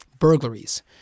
burglaries